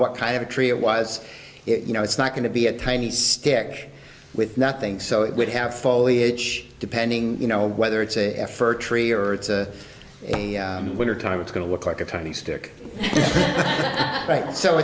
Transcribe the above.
what kind of a tree it was you know it's not going to be a tiny stick with nothing so it would have folly h depending you know whether it's a f or tree or it's a wintertime it's going to look like a tiny stick right so